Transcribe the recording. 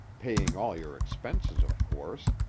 paying all your expenses, of course,